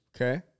Okay